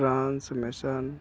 transmission